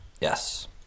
Yes